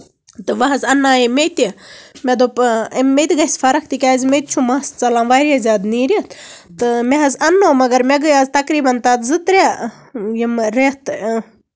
تہٕ وۄنۍ حظ اَننایے مےٚ تہِ مےٚ دوٚپ مےٚ تہِ گژھِ فرق تِکیازِ مےٚ تہِ چھُ مَس ژَلان واریاہ زیادٕ نیٖرِتھ تہٕ مےٚ حظ اَننو مَگر مےٚ گے آز تقریٖبَن تَتھ زٕ ترے یِم رٮ۪تھ